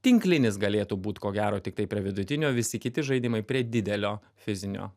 tinklinis galėtų būt ko gero tiktai prie vidutinio visi kiti žaidimai prie didelio fizinio